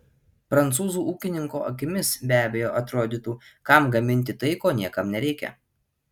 prancūzų ūkininko akimis be abejo atrodytų kam gaminti tai ko niekam nereikia